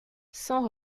sans